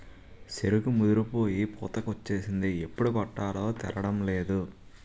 సెరుకు ముదిరిపోయి పూతకొచ్చేసింది ఎప్పుడు కొట్టాలో తేలడంలేదు